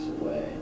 away